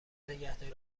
نگهداری